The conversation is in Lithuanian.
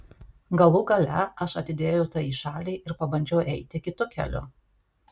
galų gale aš atidėjau tai į šalį ir pabandžiau eiti kitu keliu